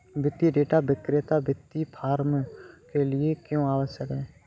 वित्तीय डेटा विक्रेता वित्तीय फर्मों के लिए क्यों आवश्यक है?